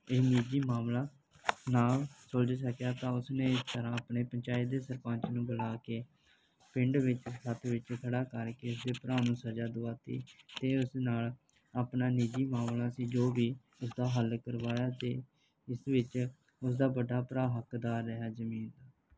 ਇਹ ਨਿੱਜੀ ਮਾਮਲਾ ਨਾ ਸੁਲਝ ਸਕਿਆ ਤਾਂ ਉਸਨੇ ਇਸ ਤਰ੍ਹਾਂ ਆਪਣੇ ਪੰਚਾਇਤ ਦੇ ਸਰਪੰਚ ਨੂੰ ਬੁਲਾ ਕੇ ਪਿੰਡ ਵਿੱਚ ਸੱਥ ਵਿੱਚ ਖੜ੍ਹਾ ਕਰਕੇ ਉਸਦੇ ਭਰਾ ਨੂੰ ਸਜ਼ਾ ਦਵਾ ਤੀ ਅਤੇ ਉਸ ਨਾਲ ਆਪਣਾ ਨਿੱਜੀ ਮਾਮਲਾ ਸੀ ਜੋ ਵੀ ਇਸਦਾ ਹੱਲ ਕਰਵਾਇਆ ਅਤੇ ਇਸ ਵਿੱਚ ਉਸਦਾ ਵੱਡਾ ਭਰਾ ਹੱਕਦਾਰ ਰਿਹਾ ਜ਼ਮੀਨ ਦਾ